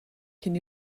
cyn